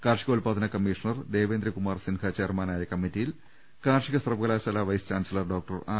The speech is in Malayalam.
കാർഷികോല്പാദന കമ്മീഷണർ ദേവേന്ദ്രകുമാർ സിൻഹ ചെയർമാ നായ കമ്മിറ്റിയിൽ കാർഷിക സർവകലാശാല വൈസ് ചാൻസലർ ഡോക്ടർ ആർ